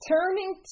Turning